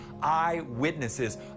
eyewitnesses